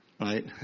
Right